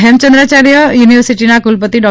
હેમચંદ્રાચાર્ય યુનિવર્સિટીના કુલપતિ ડૉ